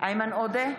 איימן עודה,